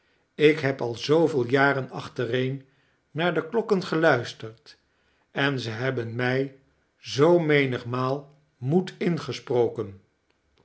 ik heb al zooveel jaren achtereen naar die klokken geluisterd en ze hebben mij zoo menigmaal moed ingesproken